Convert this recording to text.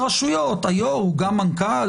שברשויות ממשלתיות לא צריך גם יו"ר וגם מנכ"ל.